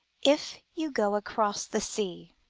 if you go across the sea!